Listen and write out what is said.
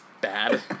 bad